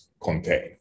contain